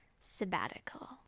sabbatical